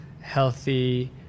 healthy